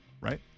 Right